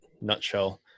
nutshell